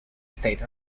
state